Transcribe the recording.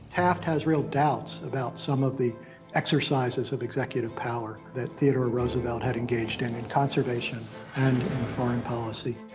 taft has real doubts about some of the exercises of executive power that theodore roosevelt had engaged in, in conservation and in foreign policy.